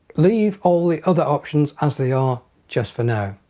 leave all the other options as they are just for now.